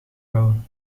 wel